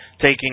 taking